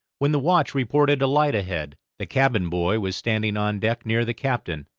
when the watch reported a light ahead. the cabin boy was standing on deck near the captain,